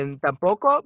...tampoco